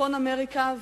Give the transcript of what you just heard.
בצפון אמריקה,